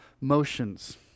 motions